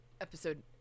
Episode